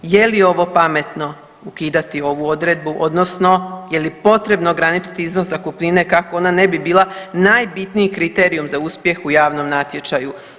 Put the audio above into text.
Je li ovo pametno ukidati ovu odredbu odnosno je li potrebno ograničiti iznos zakupnine kako ona ne bi bila najbitniji kriterij za uspjeh u javnom natječaju?